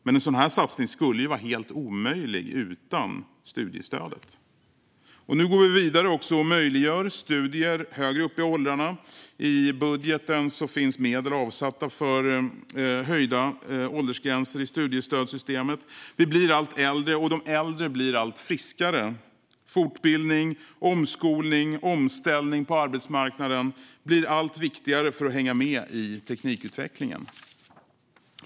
En sådan satsning skulle ha varit helt omöjlig utan studiestödet. Vi går nu vidare och möjliggör studier högre upp i åldrarna. I budgeten finns medel avsatta för höjda åldersgränser i studiestödssystemet. Vi blir allt äldre, och de äldre blir allt friskare. Fortbildning, omskolning och omställning på arbetsmarknaden blir allt viktigare för att hänga med i teknikutvecklingen.